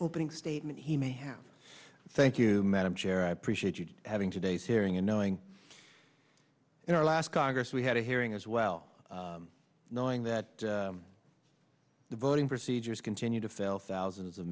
opening statement he may have thank you madam chair i appreciate you having today's hearing and knowing in our last congress we had a hearing as well knowing that the voting procedures continue to fail thousands of